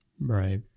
Right